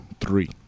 three